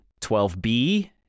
12B